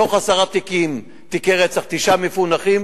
מתוך עשרה תיקים, תיקי רצח, תשעה מפוענחים.